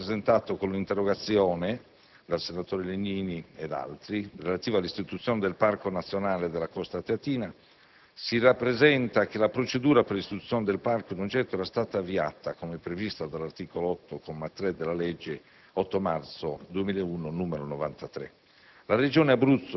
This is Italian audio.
In merito a quanto rappresentato con l'interpellanza 2-00041, dal senatore Legnini ed altri senatori, relativa all'istituzione del Parco nazionale della Costa teatina, si rappresenta che la procedura per l'istituzione del parco in oggetto era stata avviata, come previsto dall'articolo 8, comma 3, della legge 8 marzo 2001, n. 93.